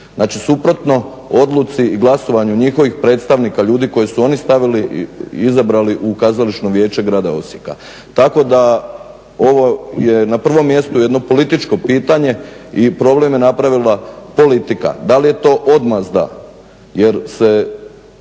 znači suprotno odluci i glasovanju njihovih predstavnika ljudi koji su oni stavili i izabrali u Kazališno vijeće grada Osijeka. Tako da je ovo na prvom mjestu jedno političko pitanje i problem je napravila politika. Da li je to odmazda